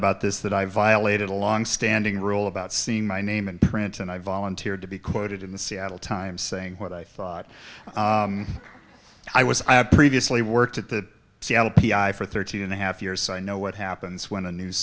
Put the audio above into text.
about this that i violated a longstanding rule about seeing my name in print and i volunteered to be quoted in the seattle times saying what i thought i was i had previously worked at the seattle p i for thirteen and a half years so i know what happens when the news